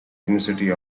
university